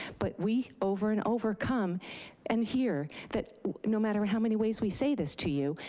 but we, over and over, come and hear that no matter how many ways we say this to you,